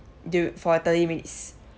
do it for thirty minutes